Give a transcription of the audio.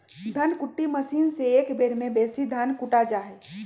धन कुट्टी मशीन से एक बेर में बेशी धान कुटा जा हइ